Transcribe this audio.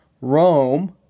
Rome